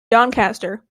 doncaster